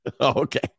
Okay